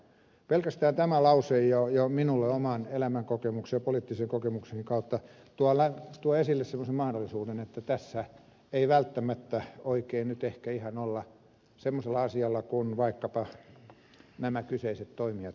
pelkästään nämä alkusanat jo minulle oman elämänkokemukseni ja poliittisen kokemukseni kautta tuovat esille semmoisen mahdollisuuden että tässä ei välttämättä oikein nyt ehkä ihan olla semmoisella asialla kuin vaikkapa nämä kyseiset toimijat haluaisivat